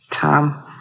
Tom